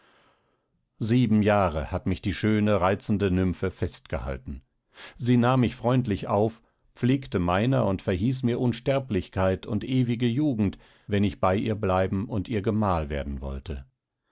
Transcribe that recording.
sieben jahre hat mich die schöne reizende nymphe festgehalten sie nahm mich freundlich auf pflegte meiner und verhieß mir unsterblichkeit und ewige jugend wenn ich bei ihr bleiben und ihr gemahl werden wollte